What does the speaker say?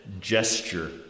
gesture